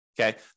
Okay